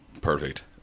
perfect